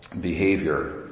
behavior